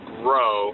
grow